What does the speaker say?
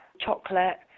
chocolate